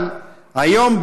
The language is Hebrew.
אבל היום,